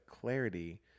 clarity